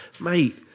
mate